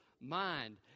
mind